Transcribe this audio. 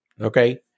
Okay